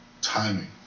timing